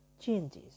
changes